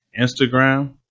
Instagram